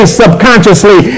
subconsciously